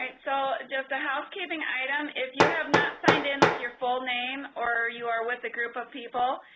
and so just a housekeeping item if you have not signed in with your full name or you are with a group of people,